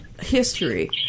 history